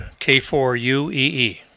K4UEE